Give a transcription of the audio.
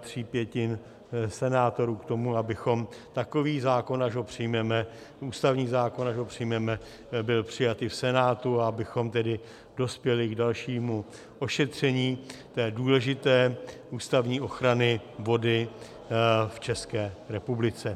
tří pětin senátorů k tomu, abychom takový zákon, až ho přijmeme, ústavní zákon, až ho přijmeme, byl přijat i v Senátu, abychom tedy dospěli k dalšímu ošetření té důležité ústavní ochrany vody v České republice.